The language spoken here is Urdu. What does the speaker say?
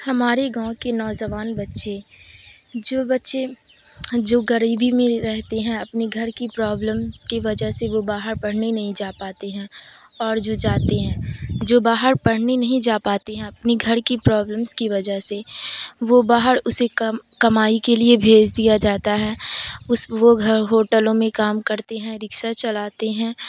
ہمارے گاؤں کے نوجوان بچے جو بچے جو گریبی میں رہتے ہیں اپنے گھر کی پرابلمس کے وجہ سے وہ باہر پڑھنے نہیں جا پاتے ہیں اور جو جاتے ہیں جو باہر پڑھنے نہیں جا پاتے ہیں اپنی گھر کی پرابلمس کی وجہ سے وہ باہر اسے کم کمائی کے لیے بھیج دیا جاتا ہے اس وہ گھر ہوٹلوں میں کام کرتے ہیں رکشہ چلاتے ہیں